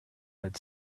had